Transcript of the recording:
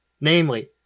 namely